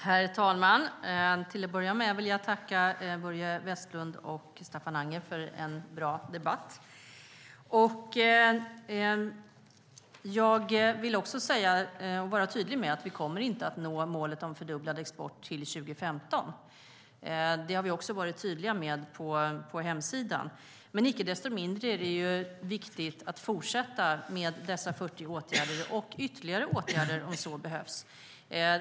Herr talman! Till att börja med vill jag tacka Börje Vestlund och Staffan Anger för en bra debatt. Jag vill vara tydlig med att vi inte kommer att nå målet om fördubblad export till 2015. Det har vi också varit tydliga med på hemsidan. Men icke desto mindre är det viktigt att fortsätta med dessa 40 åtgärder och med ytterligare åtgärder om så behövs.